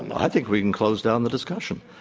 and i think we can close down the discussion.